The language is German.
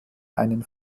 einen